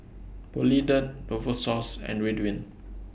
Polident Novosource and Ridwind